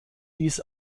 dies